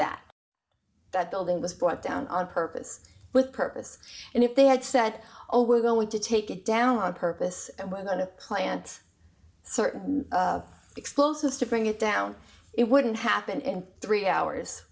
that that building was brought down on purpose with purpose and if they had said oh we're going to take it down on purpose and we're going to plant certain explosives to bring it down it wouldn't happen in three hours